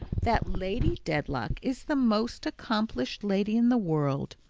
that lady dedlock is the most accomplished lady in the world,